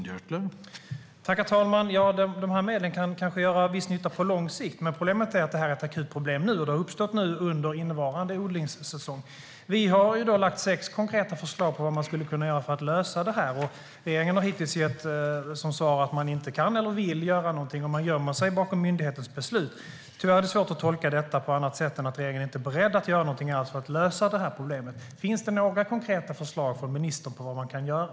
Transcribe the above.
Herr talman! Dessa medel kan kanske göra viss nytta på lång sikt. Men detta är ett akut problem som har uppstått nu under innevarande odlingssäsong. Vi har i dag lagt fram sex konkreta förslag om vad man skulle kunna göra för att lösa detta. Regeringen har hittills gett som svar att man inte kan eller vill göra någonting, och man gömmer sig bakom myndighetens beslut. Tyvärr är det svårt att tolka detta på annat sätt än att regeringen inte är beredd att göra någonting alls för att lösa problemet. Finns det några konkreta förslag från ministern på vad man kan göra?